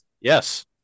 Yes